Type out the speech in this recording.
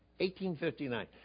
1859